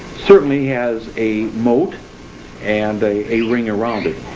certainly has a moat and a a ring around it.